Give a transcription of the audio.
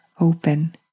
open